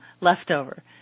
leftover